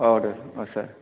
औ दे औ सार